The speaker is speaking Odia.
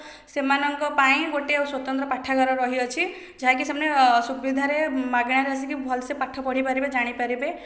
ସେମାନଙ୍କ ପାଇଁ ଗୋଟିଏ ସ୍ୱତନ୍ତ୍ର ପାଠାଗାର ରହିଅଛି ଯାହାକି ସେମାନେ ସୁବିଧାରେ ମାଗଣାରେ ଆସିକି ଭଲ ସେ ପାଠ ପଢିପାରିବେ ଜାଣିପାରିବେ